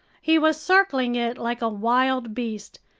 he was circling it like a wild beast,